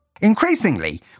Increasingly